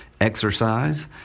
exercise